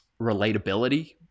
relatability